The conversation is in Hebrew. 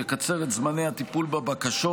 יקצר את זמני הטיפול בבקשות,